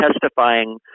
testifying